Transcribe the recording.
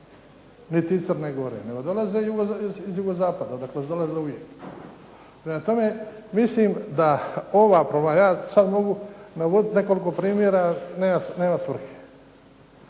Niti iz Crne Gore. Nego dolaze iz jugozapada odakle su dolazile uvijek. Prema tome mislim da ova, ja sad mogu navoditi nekoliko primjera. Nema svrhe.